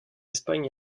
espagne